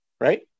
right